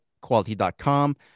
quality.com